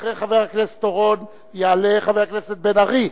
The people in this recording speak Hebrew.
אחרי חבר הכנסת אורון יעלה חבר הכנסת בן-ארי,